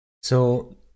So-